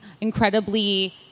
incredibly